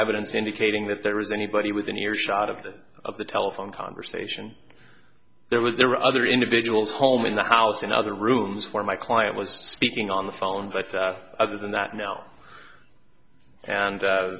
evidence indicating that there was anybody within earshot of the of the telephone conversation there was there were other individuals home in the house in other rooms for my client was speaking on the phone but other than that now and